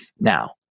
Now